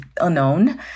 unknown